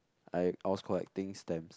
I I was collecting stamps